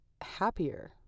happier